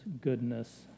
goodness